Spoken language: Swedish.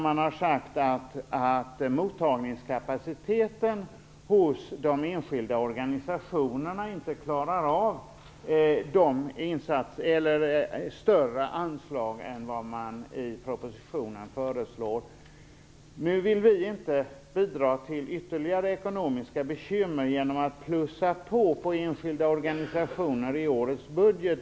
Man har nämligen sagt att mottagningskapaciteten hos de enskilda organisationerna inte klarar av större anslag än vad som föreslås i propositionen. Nu vill vi inte bidra till ytterligare ekonomiska bekymmer genom att öka på anslagen till enskilda organisationer i årets budget.